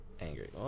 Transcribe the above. angry